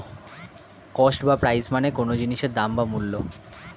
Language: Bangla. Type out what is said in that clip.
কস্ট বা প্রাইস মানে কোনো জিনিসের দাম বা মূল্য